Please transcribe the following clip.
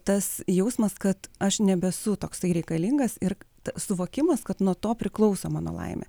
tas jausmas kad aš nebesu toksai reikalingas ir suvokimas kad nuo to priklauso mano laimė